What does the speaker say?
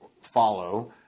follow